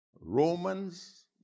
Romans